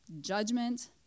judgment